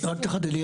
רק תחדדי.